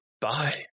Bye